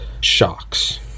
Shocks